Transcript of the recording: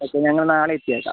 okay ഞങ്ങൾ നാളെ എത്തിയേക്കാം